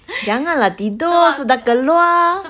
jangan lah tidur sudah keluar